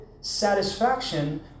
satisfaction